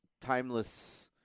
timeless